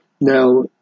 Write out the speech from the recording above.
Now